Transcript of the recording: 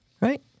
right